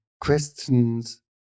questions